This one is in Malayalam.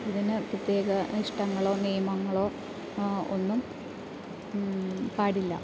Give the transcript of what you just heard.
ഇതിന് പ്രത്യേക ഇഷ്ടങ്ങളോ നിയമങ്ങളോ ഒന്നും പാടില്ല